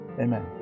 amen